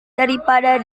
daripada